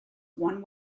one